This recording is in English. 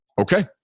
okay